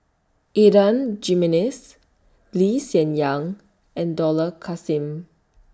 Adan Jimenez Lee Hsien Yang and Dollah Kassim